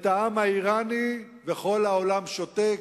את העם האירני, וכל העולם שותק,